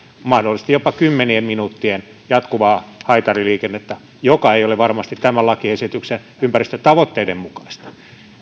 mahdollisesti jopa kymmenien minuuttien jatkuvaa haitariliikennettä joka ei ole varmasti tämän lakiesityksen ympäristötavoitteiden mukaista